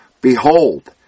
Behold